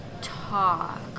Talk